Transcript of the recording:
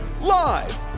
Live